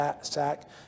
sack